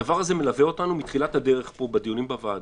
הדבר הזה מלווה אותנו מתחילת הדרך פה בדיונים בוועדה.